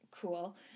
cool